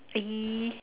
eh